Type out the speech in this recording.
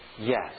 yes